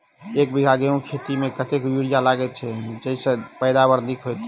एक बीघा गेंहूँ खेती मे कतेक यूरिया लागतै जयसँ पैदावार नीक हेतइ?